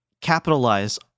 capitalize